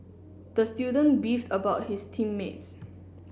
the student beefed about his team mates